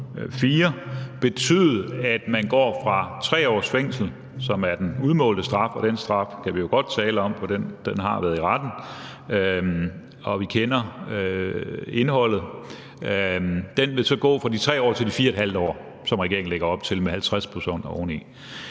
4, betyde, at man går fra 3 års fængsel, som er den udmålte straf – og den straf kan vi jo godt tale om, for den sag har været i retten, og vi kender indholdet af den – til 4½ år, som regeringen lægger op til med de 50 pct. oveni.